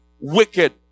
wicked